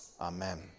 Amen